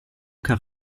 car